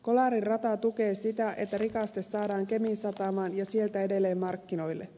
kolarin rata tukee sitä että rikaste saadaan kemin satamaan ja sieltä edelleen markkinoille